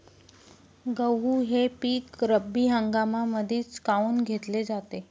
गहू हे पिक रब्बी हंगामामंदीच काऊन घेतले जाते?